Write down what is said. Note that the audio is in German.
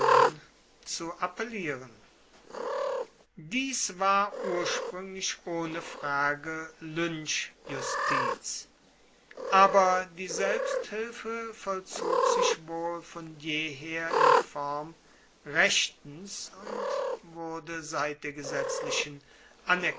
zu appellieren dies war urspruenglich ohne frage lynchjustiz aber die selbsthilfe vollzog sich wohl von jeher in form rechtens und wurde seit der gesetzlichen